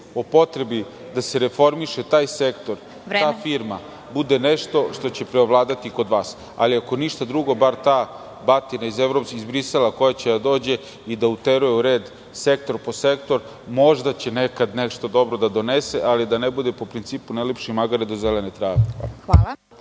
o potrebi da se reformiše taj sektor, ta firma bude nešto što će preovladati kod vas, ali, ako ništa drugo, bar ta batina iz Brisela koja će da dođe i da uteruje u red sektor po sektor možda će nekad nešto dobro da donese, ali da ne bude po principu – ne lipši magare do zelene trave.